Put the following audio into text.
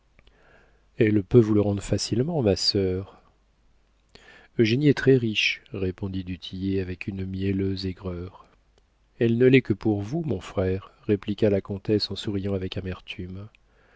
elle peut vous le rendre facilement ma sœur eugénie est très-riche répondit du tillet avec une mielleuse aigreur elle ne l'est que pour vous mon frère répliqua la comtesse en souriant avec amertume